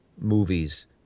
movies